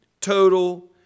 total